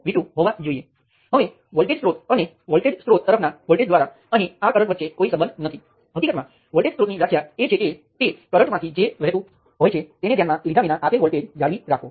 તેથી હું તેને તે સમીકરણમાં મૂકીશ અને V1 V2 બરાબર Rm ગુણ્યા G 23 ગુણ્યા V2 V3 લખું